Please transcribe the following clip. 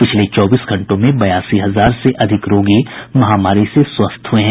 पिछले चौबीस घंटों में बयासी हजार से अधिक रोगी महामारी से स्वस्थ हुए हैं